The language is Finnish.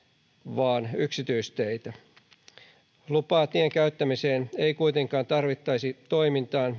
vaan yksityisteitä lupaa tien käyttämiseen ei kuitenkaan tarvittaisi toimintaan